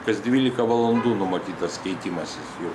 kas dylika valandų numatytas keitimasis jų